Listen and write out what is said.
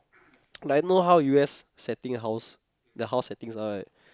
like you know how U_S setting house the house settings are right